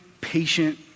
patient